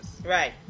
Right